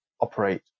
operate